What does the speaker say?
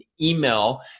email